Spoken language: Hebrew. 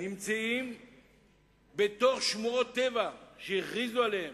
נמצאים בתוך שמורות טבע מוכרזות,